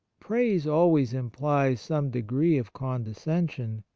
praise always implies some degree of condescension,